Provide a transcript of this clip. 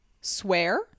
swear